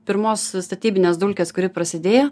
pirmos statybinės dulkės kuri prasidėjo